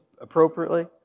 appropriately